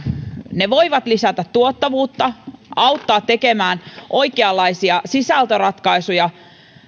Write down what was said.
ne voivat lisätä tuottavuutta auttaa tekemään oikeanlaisia sisältöratkaisuja